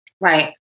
Right